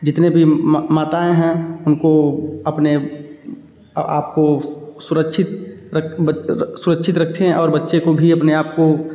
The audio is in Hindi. जितने भी माताएँ हैं उनको अपने आप को सुरक्षित सुरक्षित रखें और बच्चे को भी अपने आप को